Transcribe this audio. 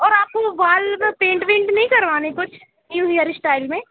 और आपको बाल में पेन्ट वेंट नहीं करवाने कुछ न्यू हेयर इस्टाइल में